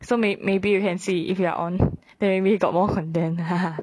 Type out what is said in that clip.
so may maybe you can see if you are on then we got more content haha